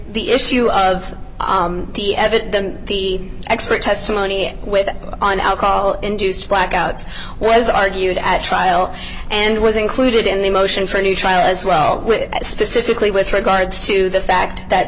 the issue of the evidence the expert testimony with on alcohol induced blackouts was argued at trial and was included in the motion for a new trial as well specifically with regards to the fact that